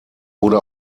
wurde